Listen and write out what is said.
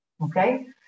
okay